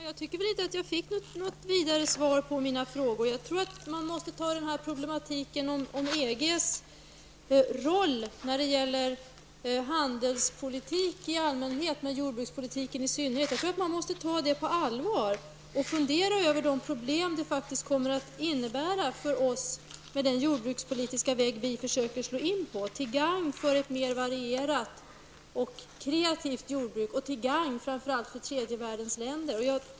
Fru talman! Jag tycker att jag inte fick något vidare svar på mina frågor. Jag tror att man måste ta dessa problem med EGs roll när det gäller handelspolitiken i allmänhet men jordbrukspolitiken i synnerhet på allvar. Man måste fundera över de problem som det faktiskt kommer att bli med den jordbrukspolitiska väg vi försöker slå in på till gagn för ett mer varierat och kreativt jordbruk och till gagn för framför allt tredje världens länder.